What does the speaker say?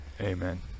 amen